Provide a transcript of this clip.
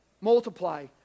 multiply